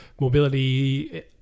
mobility